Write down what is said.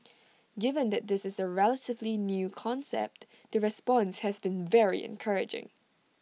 given that this is A relatively new concept the response has been very encouraging